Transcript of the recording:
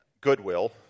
Goodwill